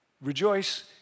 Rejoice